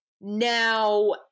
Now